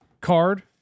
card